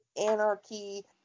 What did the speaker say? anarchy